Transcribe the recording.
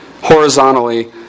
horizontally